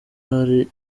ahari